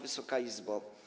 Wysoka Izbo!